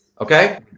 okay